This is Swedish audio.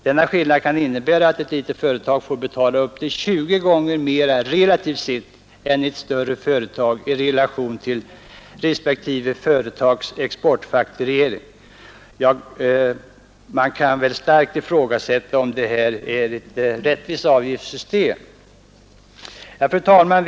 Denna skillnad kan innebära att ett litet företag får betala upp till 20 gånger mer än ett större företag i relation till respektive företags exportfakturering. Man kan väl starkt ifrågasätta om detta är ett rättvist avgiftssystem. Fru talman!